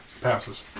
Passes